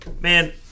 Man